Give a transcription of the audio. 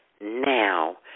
now